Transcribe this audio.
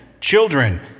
Children